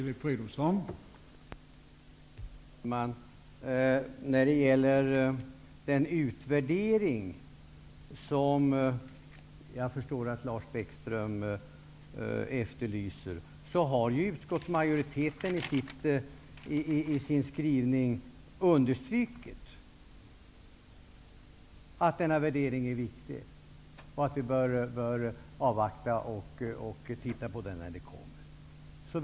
Herr talman! Utskottsmajoriteten har i sin skrivning understrukit att den utvärdering som jag förstår att Lars Bäckström efterlyser är viktig och att vi bör avvakta och titta på den när den kommer.